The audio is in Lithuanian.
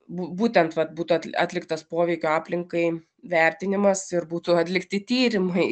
būtent vat būtų atliktas poveikio aplinkai vertinimas ir būtų atlikti tyrimai